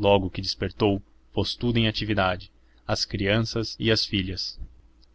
logo que despertou pôs tudo em atividade as criadas e as filhas